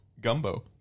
gumbo